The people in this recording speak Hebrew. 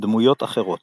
דמויות אחרות